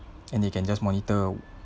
and they can just monitor